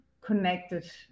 connected